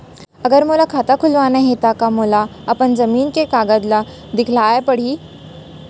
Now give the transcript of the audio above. अगर मोला खाता खुलवाना हे त का मोला अपन जमीन के कागज ला दिखएल पढही?